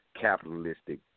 capitalistic